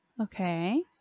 Okay